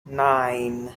nine